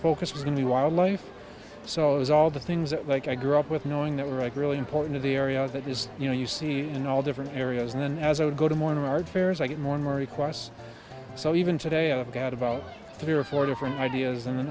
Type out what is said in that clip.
focus is going to be wildlife so it was all the things that like i grew up with knowing that were it really important to the area that is you know you see in all different areas and then as i would go to morning art fairs i get more and more requests so even today i've got about three or four different ideas and